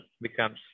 becomes